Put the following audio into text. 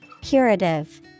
Curative